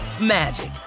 magic